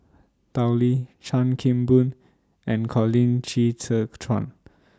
Tao Li Chan Kim Boon and Colin Qi Zhe